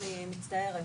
אני מצטערת.